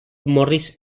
morris